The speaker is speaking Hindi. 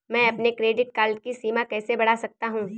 मैं अपने क्रेडिट कार्ड की सीमा कैसे बढ़ा सकता हूँ?